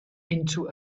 into